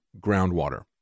groundwater